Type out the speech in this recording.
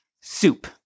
soup